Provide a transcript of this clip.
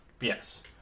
Yes